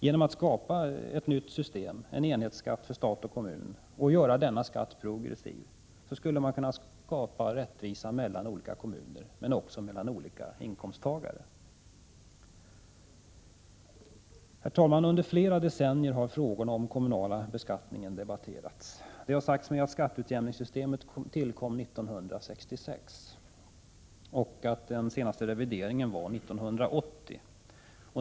Genom att förändra skattesystemet och skapa en enhetsskatt för stat och kommun samt göra denna skatt progressiv skulle man kunna skapa större rättvisa mellan olika kommuner men också mellan olika inkomsttagare. Herr talman! Under flera decennier har frågorna om den kommunala beskattningen debatterats. Det har sagts mig att skatteutjämningssystemet tillkom 1966 och senast reviderades 1980.